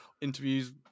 interviews